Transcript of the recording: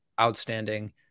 outstanding